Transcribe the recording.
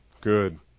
good